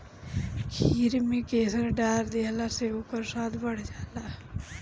खीर में केसर डाल देहला से ओकर स्वाद बढ़ जाला